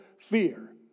fear